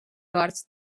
corts